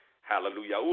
Hallelujah